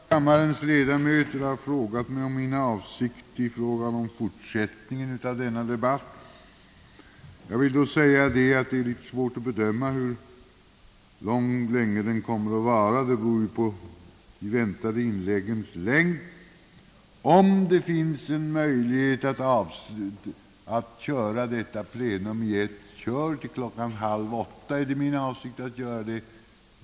Åtskilliga av kammarens ledamöter har frågat mig om min avsikt beträffande fortsättningen av denna debatt. Det är litet svårt att bedöma hur länge den kommer att vara. Det beror ju på de väntade inläggens längd. Om det finns en möjlighet att fortsätta detta plenum utan avbrott till kl. 19.30 är det min avsikt att göra det.